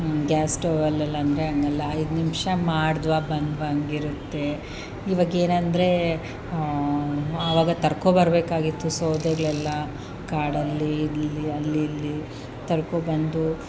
gas stove ಅಲ್ಲೆಲ್ಲ ಅಂದರೆ ಅಲ್ಲೆಲ್ಲ ಐದು ನಿಮಿಷ ಮಾಡಿದ್ವಾ ಬಂದ್ವಾ ಹಂಗಿರುತ್ತೆ ಇವಾಗೇನೆಂದ್ರೆ ಆವಾಗ ತರ್ಕೋಬರ್ಬೇಕಾಗಿತ್ತು ಸೌದೆಗಳೆಲ್ಲ ಕಾಡಲ್ಲಿ ಇಲ್ಲಿ ಅಲ್ಲಿ ಇಲ್ಲಿ ತರ್ಕೋಬಂದು